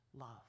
love